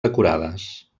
decorades